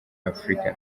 afrika